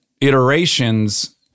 iterations